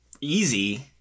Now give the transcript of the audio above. easy